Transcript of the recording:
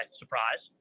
surprise